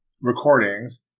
recordings